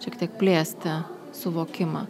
šiek tiek plėsti suvokimą